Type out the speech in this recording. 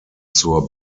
zur